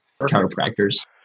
chiropractors